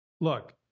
look